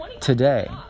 Today